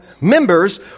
members